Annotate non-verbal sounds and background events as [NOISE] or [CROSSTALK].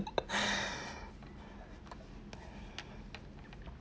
[BREATH]